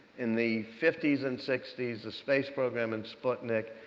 in the fifty s and sixty s, the space program and sputnik.